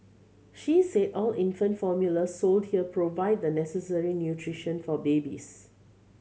she said all infant formula sold here provide the necessary nutrition for babies